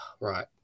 right